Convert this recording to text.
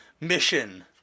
mission